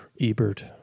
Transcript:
Ebert